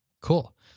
Cool